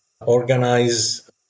organize